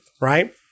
right